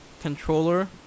controller